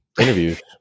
interviews